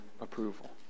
approval